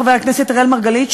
אראל מרגלית,